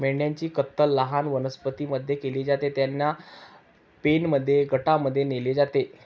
मेंढ्यांची कत्तल लहान वनस्पतीं मध्ये केली जाते, त्यांना पेनमध्ये गटांमध्ये नेले जाते